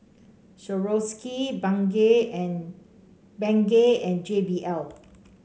Swarovski Bengay and Bengay and J B L